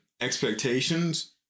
expectations